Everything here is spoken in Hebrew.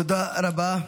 תודה רבה.